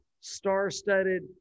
star-studded